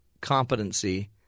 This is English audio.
competency